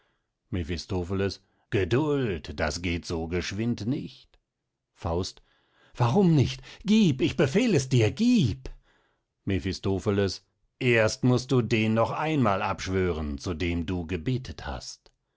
mephistopheles geduld das geht so geschwind nicht faust warum nicht gieb ich befehl es dir gieb mephistopheles erst must du den noch einmal abschwören zu dem du gebetet hast